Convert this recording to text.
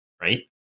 right